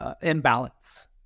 imbalance